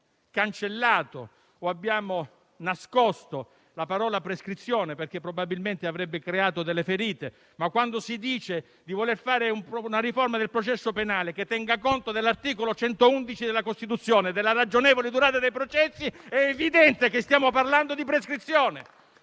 cancellato o nascosto la parola prescrizione, perché probabilmente avrebbe creato delle ferite, ma quando si dice di voler fare una riforma del processo penale che tenga conto dell'articolo 111 della Costituzione e della ragionevole durata dei processi è evidente che stiamo parlando di prescrizione